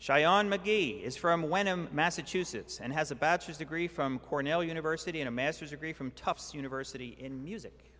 on mcgee is from when i'm massachusetts and has a bachelor's degree from cornell university in a master's degree from tufts university in music